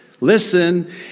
Listen